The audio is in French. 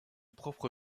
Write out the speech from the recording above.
propre